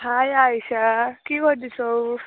high आइसा के गर्दैछौ